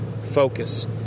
focus